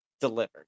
delivered